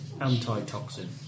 antitoxin